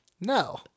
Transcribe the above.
No